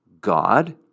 God